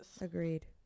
agreed